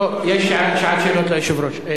לא, יש שעת שאלות ליושב-ראש.